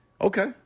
Okay